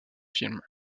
film